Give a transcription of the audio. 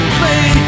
Play